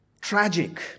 tragic